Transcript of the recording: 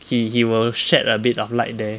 he he will shed a bit of light there